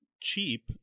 cheap